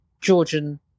Georgian